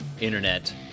Internet